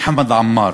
חמד עמאר,